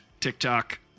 TikTok